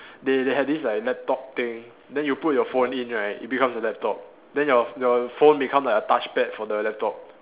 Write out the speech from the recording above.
they they have this like laptop thing then you put your phone in right it becomes a laptop then your your phone become like a touch pad for the laptop